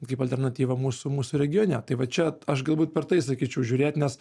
kaip alternatyva mūsų mūsų regione tai va čia aš galbūt per tai sakyčiau žiūrėt nes